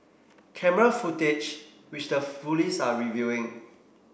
camera footage which the police are reviewing